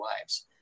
lives